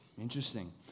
Interesting